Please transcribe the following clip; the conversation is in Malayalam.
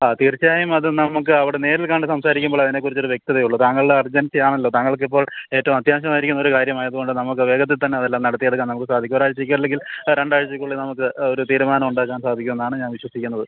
ആ തീര്ച്ചയായും അത് നമുക്ക് അവിടെ നേരില് കണ്ട് സംസാരിക്കുമ്പോള് അതിനെക്കുറിച്ച് ഒരു വ്യക്തതയുള്ളൂ താങ്കളുടെ അര്ജന്സി ആണല്ലോ താങ്കള്ക്ക് ഇപ്പോള് ഏറ്റവും അത്യാവശ്യമായിരിക്കുന്ന ഒരു കാര്യമായതുകൊണ്ട് നമുക്ക് വേഗത്തില്തന്നെ അതെല്ലാം നടത്തിയെടുക്കാന് നമുക്ക് സാധിക്കും ഒരാഴ്ചയ്ക്ക് അല്ലെങ്കില് രണ്ടാഴ്ചക്കുള്ളില് നമുക്ക് ഒരു തീരുമാനം ഉണ്ടാക്കാന് സാധിക്കുമെന്നാണ് ഞാന് വിശ്വസിക്കുന്നത്